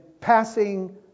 passing